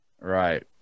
right